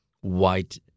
white